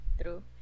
true